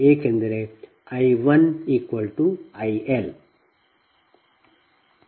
ಏಕೆಂದರೆ I 1 I L